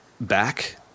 back